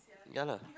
ya lah